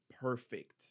perfect